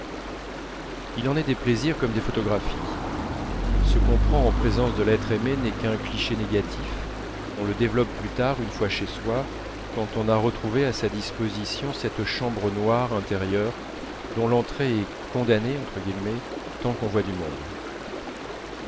il en est des plaisirs comme des photographies ce qu'on prend en présence de l'être aimé n'est qu'un cliché négatif on le développe plus tard une fois chez soi quand on a retrouvé à sa disposition cette chambre noire intérieure dont l'entrée est condamnée tant qu'on voit du monde